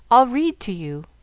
i'll read to you.